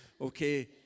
Okay